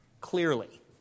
Clearly